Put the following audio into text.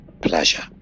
pleasure